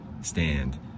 stand